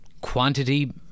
quantity